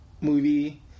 movie